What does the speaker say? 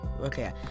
Okay